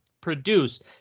produce